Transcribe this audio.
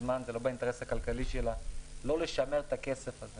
זמן זה לא באינטרס הכלכלי שלה לא לשמר את הכסף הזה.